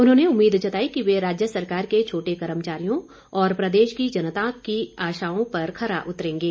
उन्होंने उम्मीद जताई कि वे राज्य सरकार के छोटे कर्मचारियों और प्रदेश की जनता की आशाओं पर खरा उतरेंगे